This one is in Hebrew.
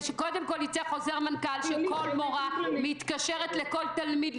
שקודם כול יצא חוזר מנכ"ל שכל מורה מתקשרת לכל תלמיד,